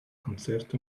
concert